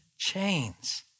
Chains